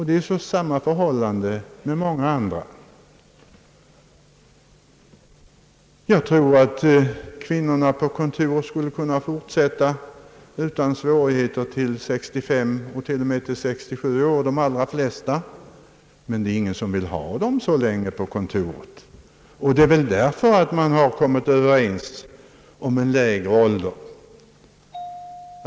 Det är samma förhållande med många andra grupper. Jag tror att de allra flesta kvinnor på kontor utan svårigheter skulle kunna fortsätta sitt arbete till 65 och t.o.m. till 67 års ålder, men det är ingen som vill ha dem kvar så länge på kontoren. Det är väl också därför man kommit överens om en lägre pensionsålder för denna grupp.